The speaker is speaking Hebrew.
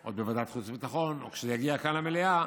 עוד בוועדת חוץ וביטחון וכשזה יגיע כאן למליאה,